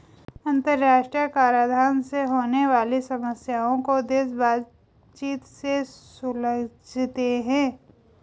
अंतरराष्ट्रीय कराधान से होने वाली समस्याओं को देश बातचीत से सुलझाते हैं